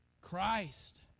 Christ